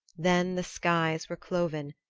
then the skies were cloven,